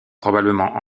probablement